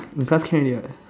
in class can already what